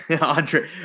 Andre